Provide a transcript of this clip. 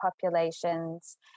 populations